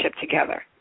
together